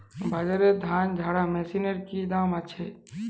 বাজারে ধান ঝারা মেশিনের কি দাম আছে?